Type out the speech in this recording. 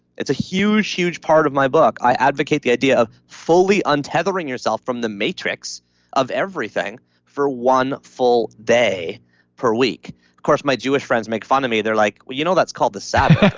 it's a huge, huge part of my book. i advocate the idea of fully untethering yourself from the matrix of everything for one full day per week. of course, my jewish friends make fun of me. they're like, but you know that's called the sabbath